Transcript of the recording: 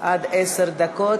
עד עשר דקות.